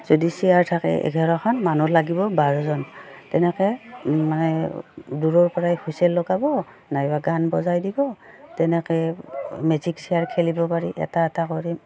যদি চেয়াৰ থাকে এঘাৰখন মানুহ লাগিব বাৰজন তেনেকৈ মানে দূৰৰ পৰাই হুইচেল লগাব নাইবা গান বজাই দিব তেনেকৈ মিউজিক চেয়াৰ খেলিব পাৰি এটা এটা কৰি